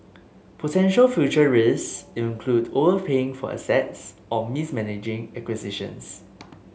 potential future risks include overpaying for assets or mismanaging acquisitions